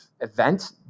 event